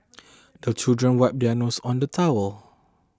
the children wipe their noses on the towel